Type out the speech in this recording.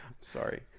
sorry